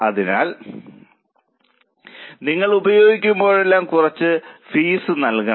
അതിനാൽ നിങ്ങൾ ഉപയോഗിക്കുമ്പോഴെല്ലാം കുറച്ച് ഫീസ് നൽകണം